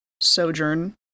sojourn